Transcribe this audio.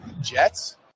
Jets